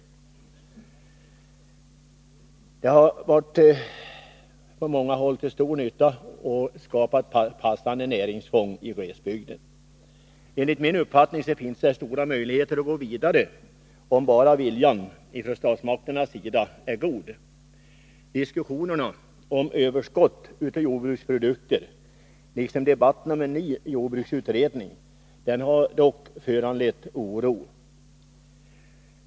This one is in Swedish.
—” Detta stöd har på många håll varit till stor nytta och skapat passande näringsfång i glesbygden. Enligt min uppfattning finns det stora möjligheter att gå vidare, om bara viljan från statsmakternas sida är god. Diskussionerna om överskottet av jordbruksprodukter liksom debatten om en ny jordbruksutredning har dock föranlett oro.